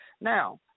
Now